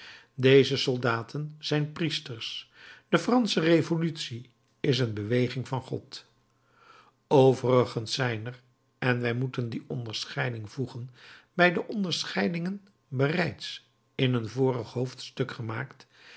deze soldaten zijn priesters de fransche revolutie is een beweging van god overigens zijn er en wij moeten deze onderscheiding voegen bij de onderscheidingen bereids in een vorig hoofdstuk gemaakt